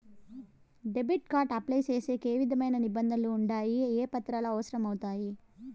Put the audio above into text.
Debit card apply సేసేకి ఏ విధమైన నిబంధనలు ఉండాయి? ఏ పత్రాలు అవసరం అవుతాయి?